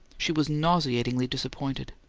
she was nauseatingly disappointed.